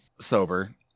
sober